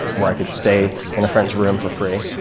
where i could stay in a friend's room for free,